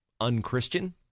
unchristian